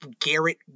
Garrett